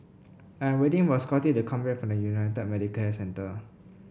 I am waiting for Scottie to come back from United Medicare Centre